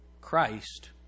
Christ